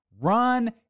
Run